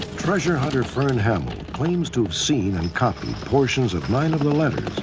treasure hunter fern hamill claims to have seen and copied portions of nine of the letters.